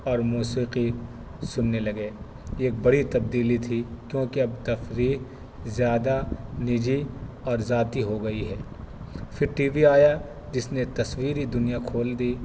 اور موسیقی سننے لگے یہ بڑی تبدیلی تھی کیونکہ اب تفریح زیادہ نجی اور ذاتی ہو گئی ہے پھر ٹی وی آیا جس نے تصویری دنیا کھول دی